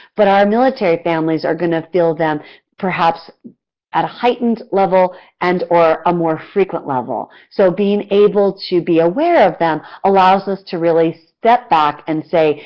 but our military families are going to feel them perhaps at a heightened level and or a more frequent level. so being able to be aware of them allows us to really step back and say,